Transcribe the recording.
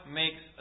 makes